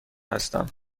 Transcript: هستم